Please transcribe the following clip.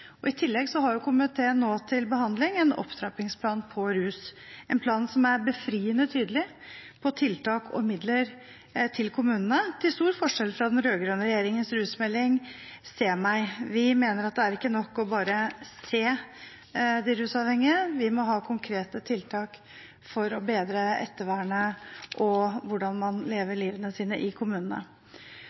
budsjett. I tillegg har komiteen nå til behandling en opptrappingsplan om rus, en plan som er befriende tydelig på tiltak og midler til kommunene, til stor forskjell fra Se meg!, den rød-grønne regjeringens rusmelding. Vi mener at det er ikke nok å bare «se» de rusavhengige. Vi må ha konkrete tiltak for å bedre ettervernet og hvordan man lever livet sitt i kommunene.